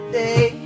day